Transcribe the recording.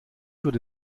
würde